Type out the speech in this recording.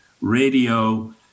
radio